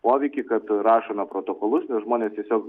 poveikį kad rašome protokolus nes žmonės tiesiog